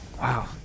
Wow